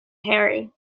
harry